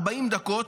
40 דקות,